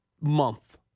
month